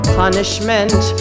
punishment